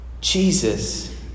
Jesus